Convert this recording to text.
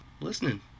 listening